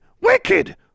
Wicked